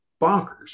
bonkers